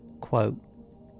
Quote